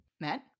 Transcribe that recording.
Matt